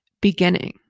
beginning